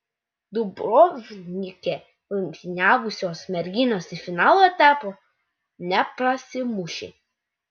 dubrovnike rungtyniavusios merginos į finalo etapą neprasimušė